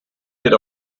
wird